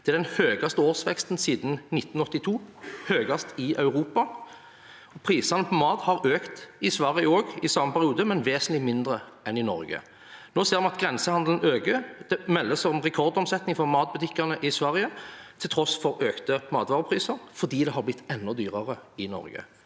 Det er den høyeste årsveksten siden 1982 og høyest i Europa. Prisene på mat har også økt i Sverige i samme periode, men vesentlig mindre enn i Norge. Nå ser vi at grensehandelen øker. Det meldes om rekordomsetning for matbutikkene i Sverige til tross for økte matvarepriser, fordi det har blitt enda dyrere i Norge.